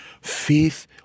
Faith